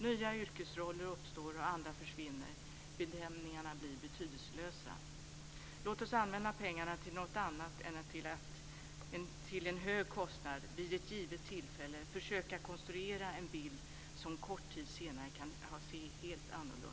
Nya yrkesroller uppstår. Andra försvinner. Benämningarna blir betydelselösa. Låt oss använda pengarna till något annat än till att vid ett givet tillfälle till en hög kostnad försöka konstruera en bild som en kort tid senare kan se helt annorlunda ut!